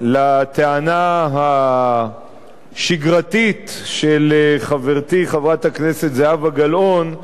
לטענה השגרתית של חברתי חברת הכנסת זהבה גלאון,